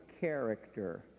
character